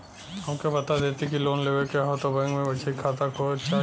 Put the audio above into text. हमके बता देती की लोन लेवे के हव त बैंक में बचत खाता चाही?